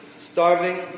starving